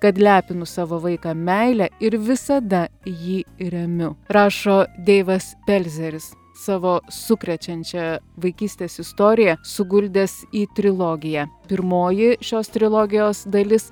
kad lepinu savo vaiką meile ir visada jį remiu rašo deivas pelzeris savo sukrečiančią vaikystės istoriją suguldęs į trilogiją pirmoji šios trilogijos dalis